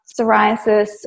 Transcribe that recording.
psoriasis